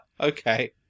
Okay